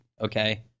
okay